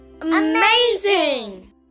Amazing